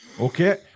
Okay